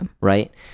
right